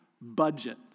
budget